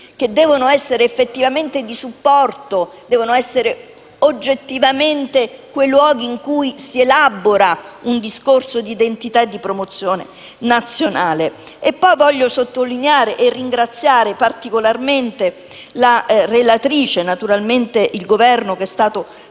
che devono essere effettivamente di supporto e oggettivamente quei luoghi in cui si elabora un discorso di identità e promozione nazionale. Inoltre voglio sottolineare - e per questo ringrazio particolarmente la relatrice e naturalmente il Governo che è stato d'accordo